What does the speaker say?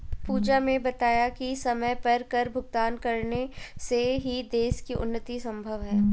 पूजा ने बताया कि समय पर कर भुगतान करने से ही देश की उन्नति संभव है